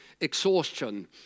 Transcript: exhaustion